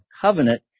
covenant